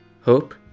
hope